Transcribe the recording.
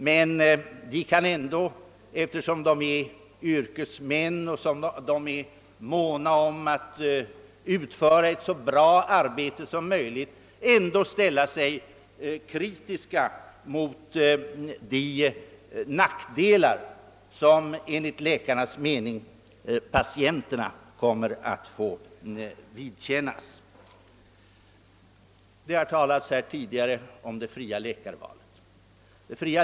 Men de kan ändå, eftersom de är yrkesmän och måna om att utföra ett så bra arbete som möjligt, ställa sig kritiska mot de nackdelar som enligt läkarnas mening patienterna kommer att få vidkännas. Det har här tidigare talats om det fria läkarvalet.